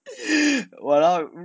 !walao!